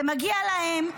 זה מגיע להם,